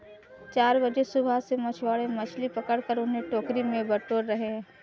चार बजे सुबह से मछुआरे मछली पकड़कर उन्हें टोकरी में बटोर रहे हैं